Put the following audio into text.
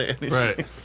Right